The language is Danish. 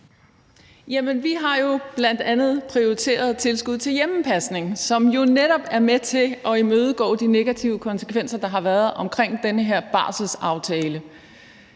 vi har jo bl.a. prioriteret tilskud til hjemmepasning, som netop er med til at imødegå de negative konsekvenser, der har været, af den her barselsaftale.